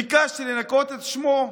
ביקשתי לנקות את שמו.